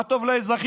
מה טוב לאזרחים?